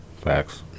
Facts